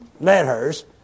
letters